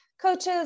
coaches